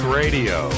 radio